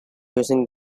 using